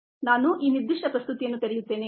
ನಾನು ಈ ನಿರ್ದಿಷ್ಟ ಪ್ರಸ್ತುತಿಯನ್ನು ತೆರೆಯುತ್ತೇನೆ